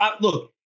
look